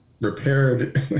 repaired